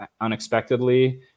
unexpectedly